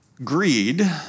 Greed